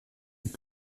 une